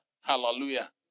Hallelujah